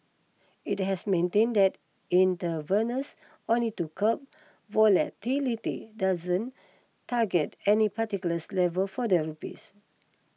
it has maintained that intervenes only to curb volatility and doesn't target any particulars level for the rupees